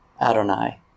Adonai